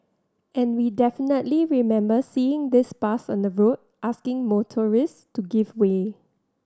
and we definitely remember seeing this bus on the road asking motorists to give way